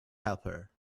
helper